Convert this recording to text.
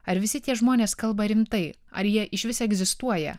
ar visi tie žmonės kalba rimtai ar jie išvis egzistuoja